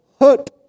hurt